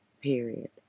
period